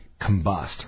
combust